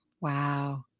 Wow